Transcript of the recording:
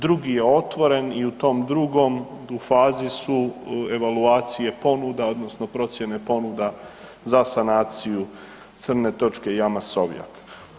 Drugi je otvoren i u tom drugom u fazi su evaluacije ponuda, odnosno procjene ponuda za sanaciju crne točke jama Sovjak.